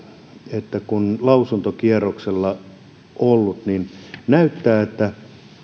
että vaikka tämä on lausuntokierroksella ollut niin näyttää että